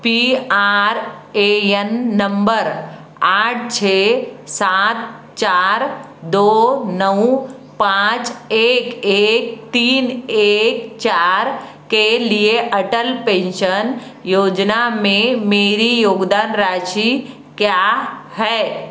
P R A N number आठ छः सात चार दो नौ पाँच एक एक तीन एक चार के लिए अटल पेंशन योजना में मेरी योगदान राशि क्या है